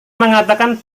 mengatakan